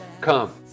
come